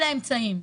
אלה האמצעים,